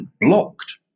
blocked